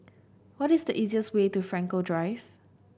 what is the easiest way to Frankel Drive